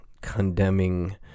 condemning